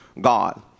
God